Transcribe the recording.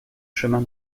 chemin